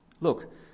Look